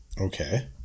Okay